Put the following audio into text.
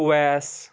Owais